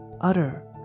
utter